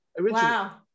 Wow